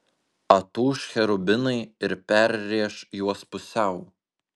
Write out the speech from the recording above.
atūš cherubinai ir perrėš juos pusiau